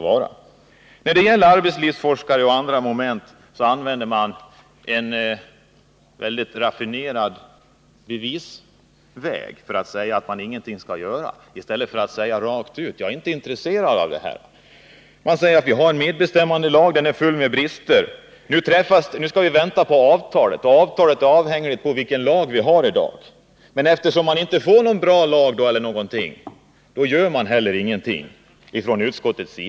När det gäller vad vi sagt om arbetslivsforskare och andra moment i våra förslag använder man en raffinerad metod för att bevisa att man ingenting skall göra i stället för att säga: Vi är inte intresserade av det här. Man säger att vi har en medbestämmandelag. Den är full med brister. Nu skall vi vänta på avtalet, och avtalet är avhängigt av vilken lag vi i dag har. Eftersom vi inte har någon bra lag så vill utskottet inte heller göra någonting.